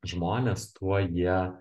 žmonės tuo jie